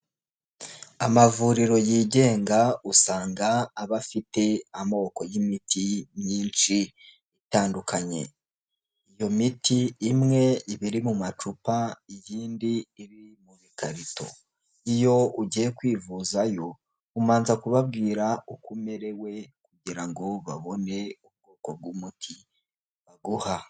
Amavuriro yigenga usanga aba afite amoko y'imiti myinshi itandukanye. Imiti imwe iba iri mu macupa, iyindi iri mu bikarito. Iyo ugiye kwivuzayo, ubanza kubabwira uko umerewe kugira ngo babone ubwoko bw'umuti baguha.